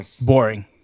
Boring